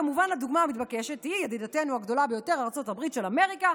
כמובן הדוגמה המתבקשת היא ידידתנו הגדולה ביותר ארצות הברית של אמריקה,